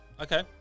Okay